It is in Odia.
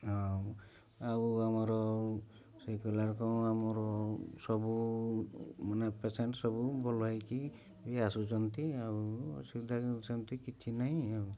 ଆଉ ଆଉ ଆମର ସେ କଲାବେଳକୁ ଆମର ସବୁ ମାନେ ପେସେଣ୍ଟ ସବୁ ଭଲ ହେଇକି ବି ଆସୁଛନ୍ତି ଆଉ ଅସୁବିଧା ସେମିତି କିଛି ନାହିଁ ଆଉ